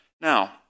Now